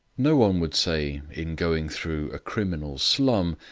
no one would say, in going through a criminal slum,